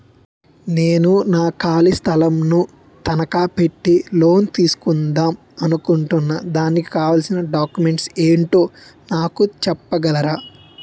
నేను నా ఖాళీ స్థలం ను తనకా పెట్టి లోన్ తీసుకుందాం అనుకుంటున్నా దానికి కావాల్సిన డాక్యుమెంట్స్ ఏంటో నాకు చెప్పగలరా?